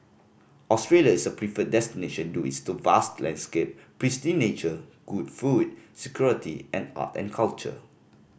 Australia is a preferred destination due to its vast landscape pristine nature good food security and art and culture